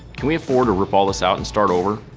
can we afford to rip all this out and start over?